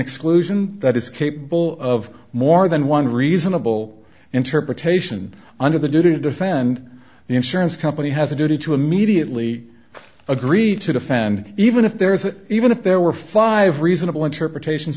exclusion that is capable of more than one reasonable interpretation under the didn't defend the insurance company has a duty to immediately agree to defend even if there is an even if there were five reasonable interpretations